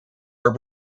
are